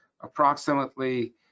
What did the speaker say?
approximately